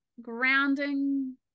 grounding